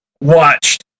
watched